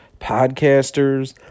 podcasters